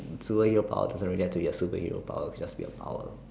superhero power doesn't really have to be superhero power it can just be a power